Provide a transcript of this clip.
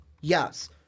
Yes